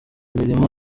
imirimo